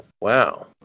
Wow